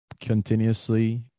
continuously